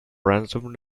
random